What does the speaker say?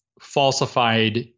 falsified